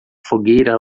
fogueira